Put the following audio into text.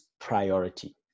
priority